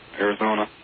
Arizona